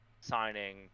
signing